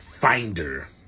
finder